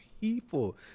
people